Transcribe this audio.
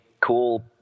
cool